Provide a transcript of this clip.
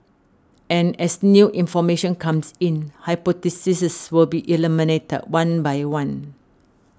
and as new information comes in hypotheses will be eliminated one by one